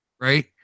right